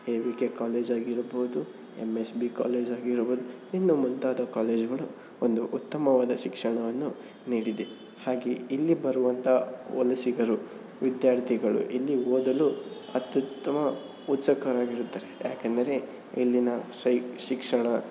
A V K college ಆಗಿರಬಹುದು M H B college ಆಗಿರಬಹುದು ಇನ್ನೂ ಮುಂತಾದ ಕಾಲೇಜುಗಳು ಒಂದು ಉತ್ತಮವಾದ ಶಿಕ್ಷಣವನ್ನು ನೀಡಿದೆ ಹಾಗೇ ಇಲ್ಲಿ ಬರುವಂಥ ವಲಸಿಗರು ವಿದ್ಯಾರ್ಥಿಗಳು ಇಲ್ಲಿ ಓದಲು ಅತ್ಯುತ್ತಮ ಉತ್ಸುಕರಾಗಿರುತ್ತಾರೆ ಏಕೆಂದರೆ ಇಲ್ಲಿನ ಸ್ವಯಿ ಶಿಕ್ಷಣ